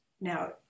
Now